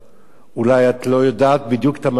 אולי את לא יודעת בדיוק את המשמעויות.